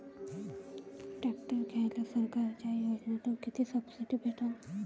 Tractor घ्यायले सरकारच्या योजनेतून किती सबसिडी भेटन?